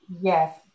Yes